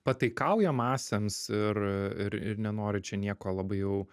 pataikauja masėms ir ir ir nenori čia nieko labai jau